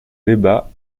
débat